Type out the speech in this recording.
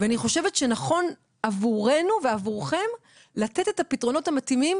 אני חושבת שנכון עבורנו ועבורכם לתת את הפתרונות המתאימים.